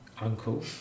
uncle